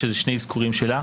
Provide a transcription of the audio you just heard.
יש שני אזכורים שלה.